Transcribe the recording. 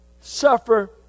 suffer